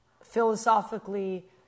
philosophically